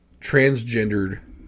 transgendered